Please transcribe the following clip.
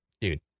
dude